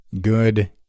Good